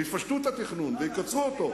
יפשטו את התכנון ויקצרו אותו,